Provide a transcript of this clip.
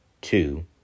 Two